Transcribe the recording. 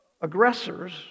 aggressors